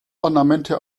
ornamente